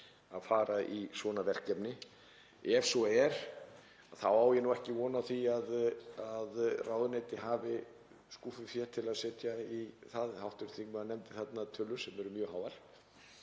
að fara í svona verkefni. Ef svo er þá á ég nú ekki von á því að ráðuneyti hafi skúffufé til að setja í það. Hv. þingmaður nefndi þarna tölur sem eru mjög háar.